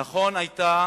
נכון, היתה